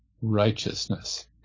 righteousness